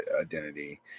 identity